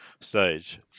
stage